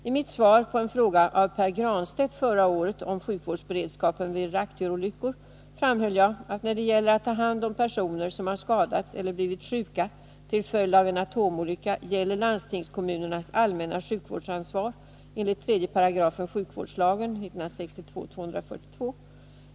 I mitt svar på en fråga av Pär Granstedt förra året om sjukvårdsberedskapen vid reaktorolyckor framhöll jag att när det gäller att ta hand om personer som har skadats eller blivit sjuka till följd av en atomolycka gäller landstingskommunernas allmänna sjukvårdsansvar enligt 3 § sjukvårdslagen .